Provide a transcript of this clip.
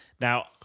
Now